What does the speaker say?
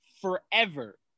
forever